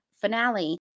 finale